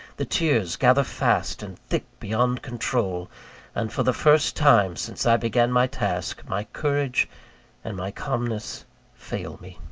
the tears gather fast and thick beyond control and for the first time since i began my task, my courage and my calmness fail me.